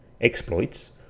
Exploits